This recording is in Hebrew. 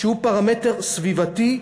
שהוא פרמטר סביבתי,